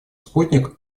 спутник